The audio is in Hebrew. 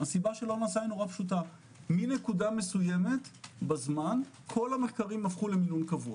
כי מנקודה מסוימת בזמן כל המחקרים הפכו למינון קבוע.